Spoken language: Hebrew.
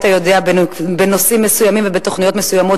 אתה יודע שנושאים מסוימים ותוכניות מסוימות